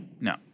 No